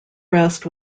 rest